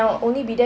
mm